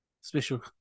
Special